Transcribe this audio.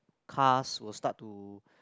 cars were start to